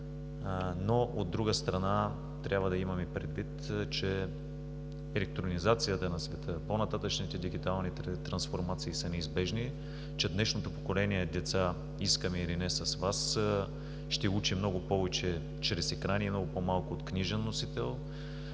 но, от друга страна, трябва да имаме предвид, че електронизацията на света, по-нататъшните дигитални трансформации са неизбежни, че днешното поколение деца – искаме или не с Вас, ще учи много повече чрез екрани и много по-малко от книжен носител.